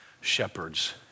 shepherds